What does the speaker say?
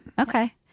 Okay